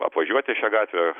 apvažiuoti šią gatvę